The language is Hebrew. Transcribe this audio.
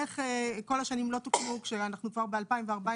איך כל השנים לא טופלו כשכבר ב-2014